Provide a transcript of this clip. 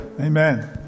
Amen